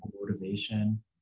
motivation